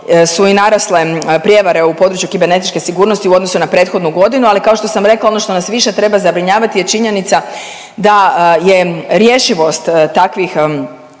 su i narasle prijevare u području kibernetičke sigurnosti u odnosu na prethodnu godinu, ali kao što sam rekla, ono što nas više treba zabrinjavati je činjenica da je rješivost takvih